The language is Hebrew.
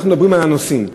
אנחנו מדברים על הנוסעים.